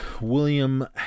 William